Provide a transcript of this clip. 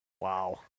Wow